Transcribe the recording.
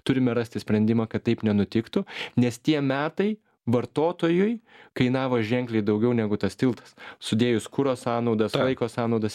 turime rasti sprendimą kad taip nenutiktų nes tie metai vartotojui kainavo ženkliai daugiau negu tas tiltas sudėjus kuro sąnaudas laiko sąnaudas